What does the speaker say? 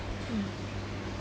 hmm